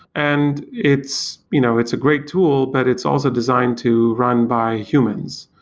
and it's you know it's a great tool, but it's also designed to run by humans.